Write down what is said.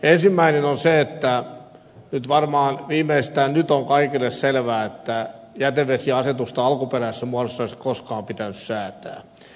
ensimmäinen on se että varmaan nyt viimeistään on kaikille selvää että jätevesiasetusta alkuperäisessä muodossaan ei olisi koskaan pitänyt säätää